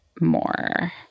more